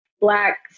Black